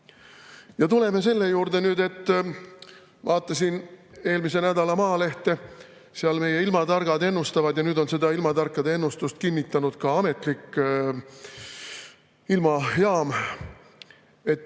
Ja tuleme selle juurde, et ma vaatasin eelmise nädala Maalehte. Seal meie ilmatargad ennustavad ja nüüd on seda ilmatarkade ennustust kinnitanud ka ametlik ilmajaam: